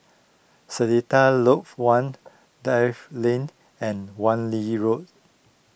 Seletar Lodge one Dell Lane and Wan Lee Road